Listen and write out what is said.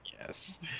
Yes